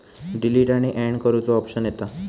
delete आणि add करुचो option येता